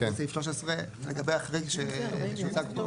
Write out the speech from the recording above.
לגבי החריג שבסעיף (13),